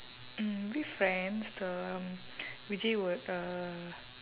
mm maybe friends the vijay would uh